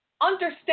Understand